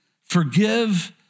forgive